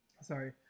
Sorry